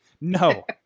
no